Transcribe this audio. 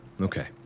Okay